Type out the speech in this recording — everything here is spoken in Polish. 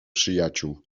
przyjaciół